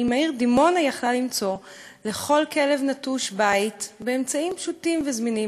אם העיר דימונה יכלה למצוא לכל כלב נטוש בית באמצעים פשוטים וזמינים,